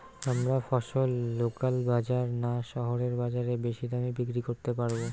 আমরা ফসল লোকাল বাজার না শহরের বাজারে বেশি দামে বিক্রি করতে পারবো?